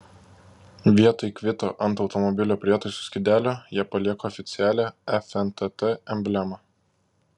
vietoj kvito ant automobilio prietaisų skydelio jie palieka oficialią fntt emblemą